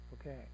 Okay